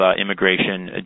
immigration